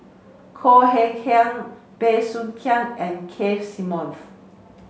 Khoo Hay Hian Bey Soo Khiang and Keith Simmons